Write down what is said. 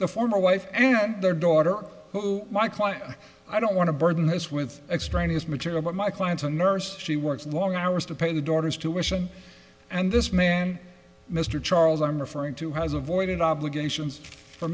the former wife and their daughter who my client i don't want to burden his with extraneous material but my client's a nurse she works long hours to pay their daughters to wear and this man mr charles arm referring to has avoided obligations for